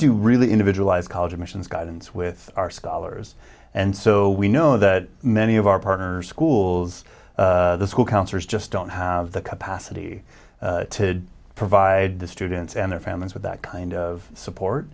do really individualize college admissions guidance with our scholars and so we know that many of our partners schools school counselors just don't have the capacity to provide the students and their families with that kind of support